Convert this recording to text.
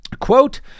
Quote